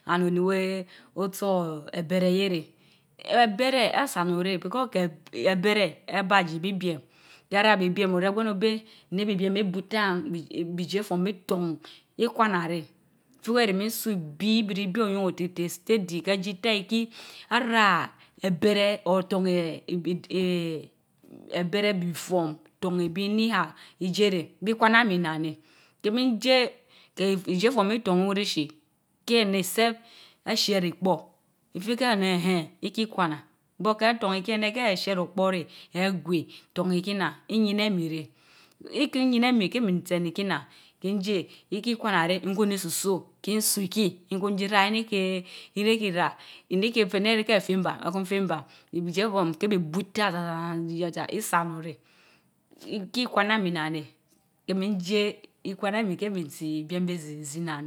and oni weh, otso ebereh yen reh, ebereh, asa onun reh because keh, ee ebereh eba jie bi biem, keh rah bibiem oregwen obeh neh bibiem ibu itaa, bisie fohm iton, ikwana reh. ifikeh ereh miin tso bii, ibiribi oyeun otiriteh steady keh jii itaa kii araa ebereh or torn eeeh ee eee ebereh bikohm, torn ibii any how ijie reh, bii kwana mii nnaan neh, keh minjie, keh ijiepom itorn owunrishi keh eneh except eshiereh ikpor, ifirieh eneh, eehen ikwana but keh horn ikii eneh keh chiereh okpor reh, egwowii torn ikii nnaan, iyinemii keh. ikii yinemii kehmia tse ikii nnaan kinjie ikii kwana reh, nkun jii tsiso. kin tso ikii, nkun jii ra inikeh ireh rii rah ini keh fah neh erehkeh feh nbam, ekun feh nbam ijie form reh bii bu itaa maa ijen jien, isa onun reh, ikii kwanamii nnaan neh. Emii ijie ikwana mii keh mii tsi ibiem beh zii zii nnaan neh.